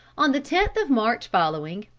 on the tenth of march following,